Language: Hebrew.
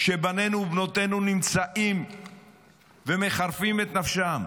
בנינו ובנותינו נמצאים ומחרפים את נפשם,